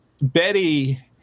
Betty